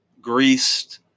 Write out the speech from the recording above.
greased